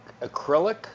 acrylic